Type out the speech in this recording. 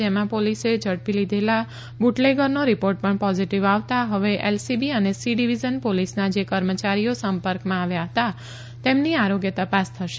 જેમાં પોલીસે ઝડપી લીઘેલા બુટલેગરનો રિપોર્ટ પણ પોઝિટિવ આવતા હવે એલ સી બી અને સી ડિવિઝન પોલીસ ના જે કર્મચારીઓ સંપર્કમાં આવ્યા હતા તેમની આરોગ્ય તપાસ થશે